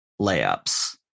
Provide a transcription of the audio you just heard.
layups